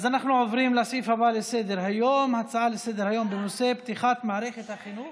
נעבור להצעות לסדר-היום בנושא: פתיחת מערכת החינוך,